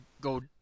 go